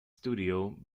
studio